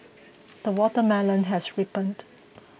the watermelon has ripened